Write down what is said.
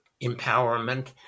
empowerment